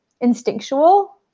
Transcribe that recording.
instinctual